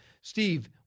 Steve